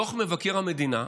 דוח מבקר המדינה,